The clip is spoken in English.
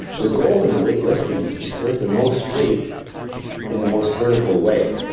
the goal in weight lifting is to lift the most weight in the most vertical way.